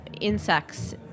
insects